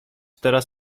teraz